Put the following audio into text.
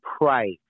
price